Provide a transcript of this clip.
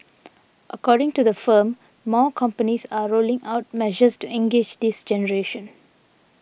according to the firm more companies are rolling out measures to engage this generation